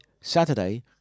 Saturday